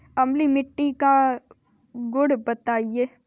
अम्लीय मिट्टी का गुण बताइये